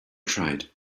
tried